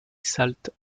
salt